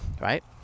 right